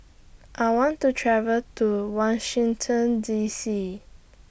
I want to travel to Washington D C